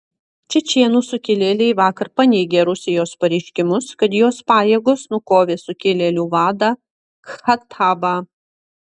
čečėnų sukilėliai vakar paneigė rusijos pareiškimus kad jos pajėgos nukovė sukilėlių vadą khattabą